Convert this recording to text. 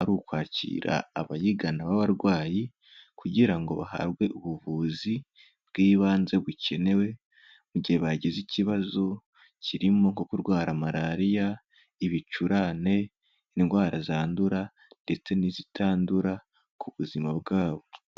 Ari ukwakira abayigana b'abarwayi kugira ngo bahabwe ubuvuzi bw'ibanze bukenewe mu gihe bagize ikibazo kirimo nko kurwara malariya, ibicurane, indwara zandura ndetse n'izitandura ku buzima bwabo.